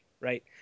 right